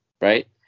right